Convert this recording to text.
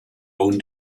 own